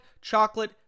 Chocolate